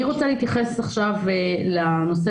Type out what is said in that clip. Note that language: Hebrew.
אני רוצה להתייחס עכשיו לנושא